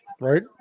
right